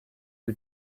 who